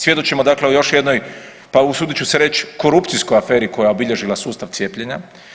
Svjedočimo dakle o još jednoj pa usudit ću se reć korupcijskoj aferi koja je obilježila sustav cijepljenja.